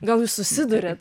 gal jūs susiduriat